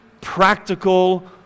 practical